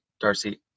Darcy